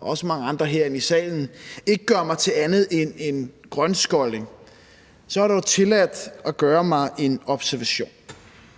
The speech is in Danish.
også mange andre herinde i salen, ikke gør mig til andet end en grønskolling, har jeg dog tilladt mig at gøre en observation.